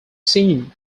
seemed